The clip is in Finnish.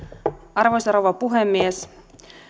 arvoisa rouva puhemies